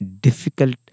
difficult